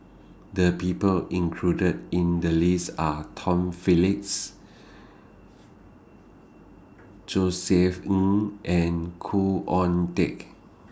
The People included in The list Are Tom Phillips Josef Ng and Khoo Oon Teik